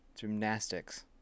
gymnastics